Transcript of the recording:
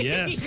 Yes